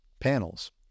panels